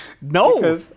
no